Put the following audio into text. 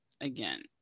again